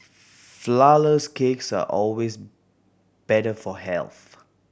flourless cakes are always better for health